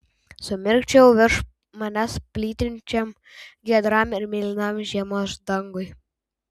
sumirkčiojau virš manęs plytinčiam giedram ir mėlynam žiemos dangui